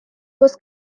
was